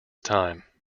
time